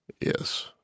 Yes